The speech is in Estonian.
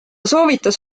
soovitas